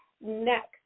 next